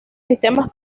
sistemas